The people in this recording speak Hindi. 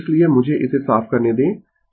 इसलिए मुझे इसे साफ करने दें